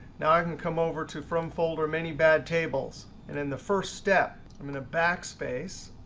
now i can come over to from folder many bad tables. and then the first step, i'm going to backspace.